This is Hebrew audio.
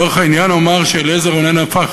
לצורך העניין אומר שאליעזר רונן הפך,